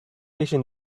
asian